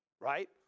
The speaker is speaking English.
right